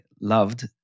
loved